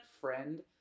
friend